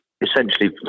essentially